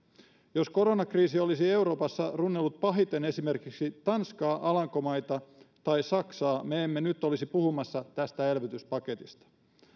jos koronakriisi olisi euroopassa runnellut pahiten esimerkiksi tanskaa alankomaita tai saksaa me emme nyt olisi puhumassa tästä elvytyspaketista